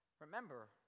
remember